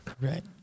right